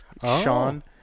Sean